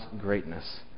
greatness